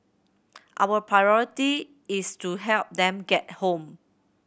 our priority is to help them get home